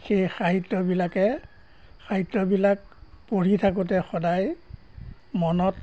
সেই সাহিত্যবিলাকে সাহিত্যবিলাক পঢ়ি থাকোঁতে সদায় মনত